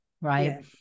right